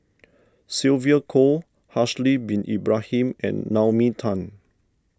Sylvia Kho Haslir Bin Ibrahim and Naomi Tan